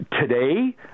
Today